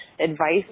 advice